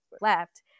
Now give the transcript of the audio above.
left